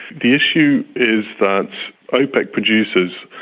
the issue is that opec producers,